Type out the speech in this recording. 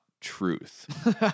truth